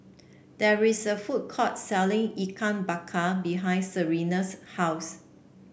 there is a food court selling Ikan Bakar behind Serena's house